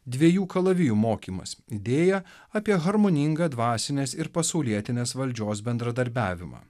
dviejų kalavijų mokymas idėja apie harmoningą dvasinės ir pasaulietinės valdžios bendradarbiavimą